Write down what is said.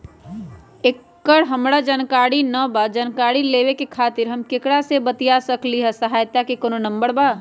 एकर हमरा जानकारी न बा जानकारी लेवे के खातिर हम केकरा से बातिया सकली ह सहायता के कोनो नंबर बा?